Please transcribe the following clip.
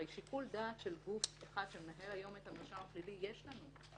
הרי שיקול דעת של גוף אחד שמנהל את המרשם הפלילי יש לנו היום.